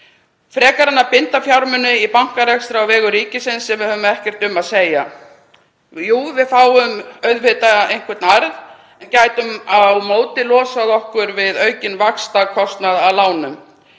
frekar en að binda fjármuni í bankarekstri á vegum ríkisins sem við höfum ekkert um að segja. Jú, við fáum auðvitað einhvern arð, gætum á móti losað okkur við aukinn vaxtakostnað af lánum.